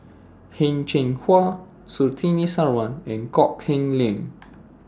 Heng Cheng Hwa Surtini Sarwan and Kok Heng Leun